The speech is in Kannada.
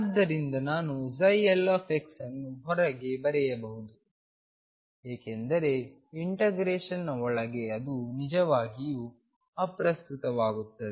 ಆದ್ದರಿಂದ ನಾನು l ಅನ್ನು ಹೊರಗೆ ಬರೆಯಬಹುದು ಏಕೆಂದರೆ ಇಂಟಗ್ರೇಶನ್ನ ಒಳಗೆ ಅದು ನಿಜವಾಗಿಯೂ ಅಪ್ರಸ್ತುತವಾಗುತ್ತದೆ